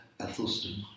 Ethelston